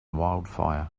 wildfire